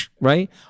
Right